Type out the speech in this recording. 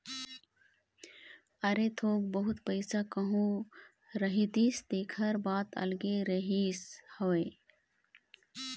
अरे थोक बहुत पइसा कहूँ रहितिस तेखर बात अलगे रहिस हवय